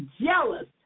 jealous